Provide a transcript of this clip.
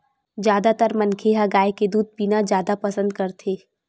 जादातर मनखे ह गाय के दूद पीना जादा पसंद करथे